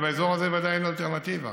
ובאזור הזה בוודאי אין אלטרנטיבה.